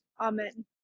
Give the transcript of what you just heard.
amen